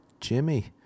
Jimmy